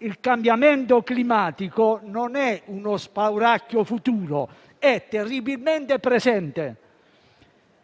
Il cambiamento climatico non è uno spauracchio futuro, ma è terribilmente presente.